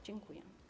Dziękuję.